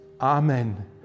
amen